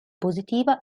positiva